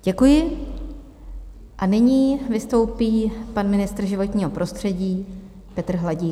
Děkuji a nyní vystoupí pan ministr životního prostředí Petr Hladík.